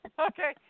Okay